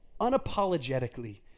Unapologetically